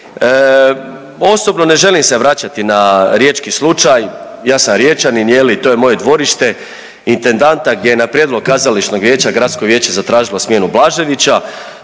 Osobno ne želim se vraćati na riječki slučaj, ja sam Riječanin je li, to je moje dvorište intendanta gdje je na prijedlog kazališnog vijeća gradsko vijeće zatražilo smjenu Blaževića.